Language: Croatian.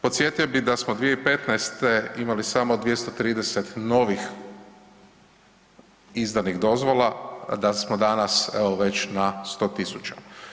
Podsjetio bi da smo 2015. imali samo 230 novih izdanih dozvola, a da smo danas evo već na 100.000.